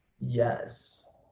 Yes